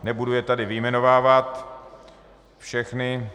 Nebudu je tady vyjmenovávat všechny.